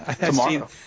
Tomorrow